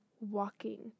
walking